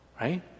Right